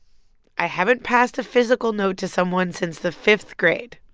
i haven't passed a physical note to someone since the fifth grade.